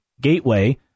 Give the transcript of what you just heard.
Gateway